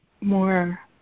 more